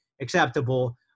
acceptable